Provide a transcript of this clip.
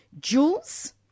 Jules